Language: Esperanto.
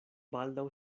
baldaŭ